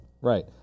right